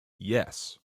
yes